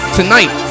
tonight